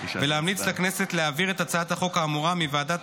ולהמליץ לכנסת להעביר את הצעת החוק האמורה מוועדת